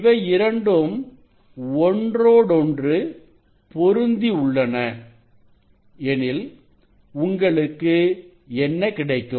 இவை இரண்டும் ஒன்றோடு ஒன்று பொருந்தி உள்ளன எனில் உங்களுக்கு என்ன கிடைக்கும்